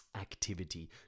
activity